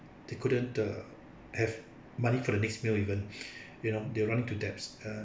they couldn't the have money for the next meal even you know they're running into debts